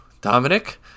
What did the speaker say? dominic